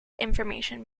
information